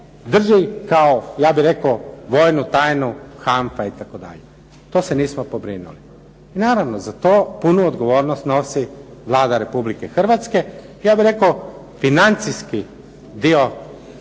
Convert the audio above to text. drži kao, ja bih rekao, vojnu tajnu HANFA, itd. To se nismo pobrinuli. I naravno za to punu odgovornost nosi Vlada Republike Hrvatske, ja bih rekao financijski dio ministara